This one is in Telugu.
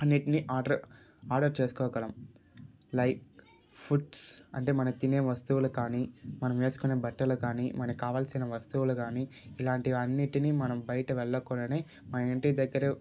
అన్నింటిని ఆర్డర్ ఆర్డర్ చేసుకోగలం లైక్ ఫుడ్స్ అంటే మనం తినే వస్తువులు కానీ మనం వేసుకునే బట్టలు కానీ మనకి కావాల్సిన వస్తువులు కానీ ఇలాంటి అన్నింటిని మనం బయట వెళ్ళకుండానే మన ఇంటి దగ్గరే